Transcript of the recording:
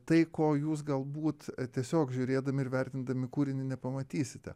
tai ko jūs galbūt tiesiog žiūrėdami ir vertindami kūrinį nepamatysite